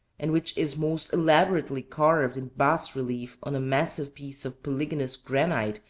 and which is most elaborately carved in bass-relief on a massive piece of polygonous granite,